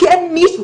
כי אין מישהו,